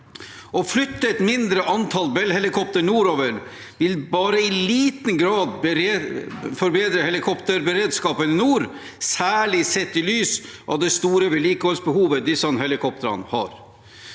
Å flytte et mindre antall Bell-helikoptre nordover vil bare i liten grad forbedre helikopterberedskapen i nord, særlig sett i lys av det store vedlikeholdsbehovet disse helikoptrene har.